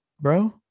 bro